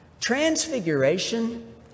Transfiguration